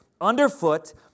underfoot